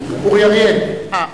יפה.